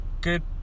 good